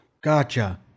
Gotcha